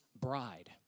bride